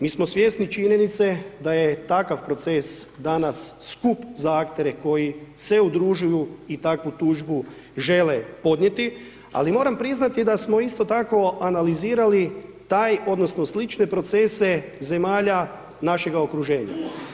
Mi smo svjesni činjenice da je takav proces danas skup za aktere koji se udružuju i takvu tužbu žele podnijeti ali moram priznati da smo isto tako analizirali taj odnosno slične procese zemalja našega okruženja.